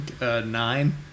Nine